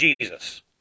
Jesus